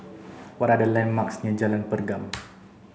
what are the landmarks near Jalan Pergam